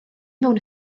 mewn